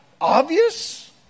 obvious